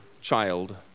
child